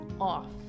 off